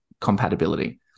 compatibility